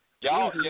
Y'all